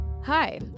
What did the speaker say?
Hi